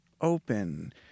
open